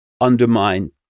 undermine